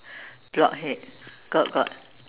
blockhead got got